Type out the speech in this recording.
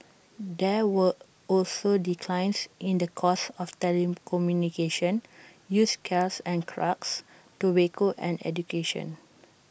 there were were also declines in the cost of telecommunication used cares and trucks tobacco and education